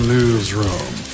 Newsroom